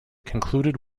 concluded